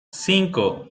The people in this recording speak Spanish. cinco